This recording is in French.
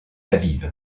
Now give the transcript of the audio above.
aviv